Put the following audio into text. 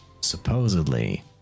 supposedly